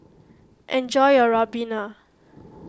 enjoy your Ribena